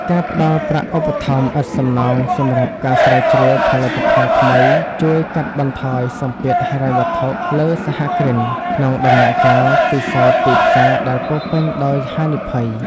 ការផ្ដល់ប្រាក់ឧបត្ថម្ភឥតសំណងសម្រាប់ការស្រាវជ្រាវផលិតផលថ្មី ជួយកាត់បន្ថយសម្ពាធហិរញ្ញវត្ថុលើសហគ្រិន ក្នុងដំណាក់កាលពិសោធន៍ទីផ្សារដែលពោរពេញដោយហានិភ័យ។